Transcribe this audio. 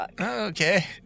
Okay